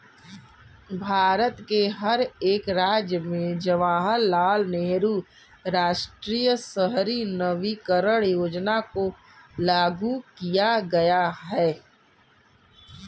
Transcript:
भारत के हर एक राज्य में जवाहरलाल नेहरू राष्ट्रीय शहरी नवीकरण योजना को लागू किया गया है